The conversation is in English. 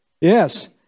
Yes